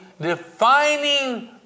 defining